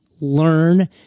learn